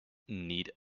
need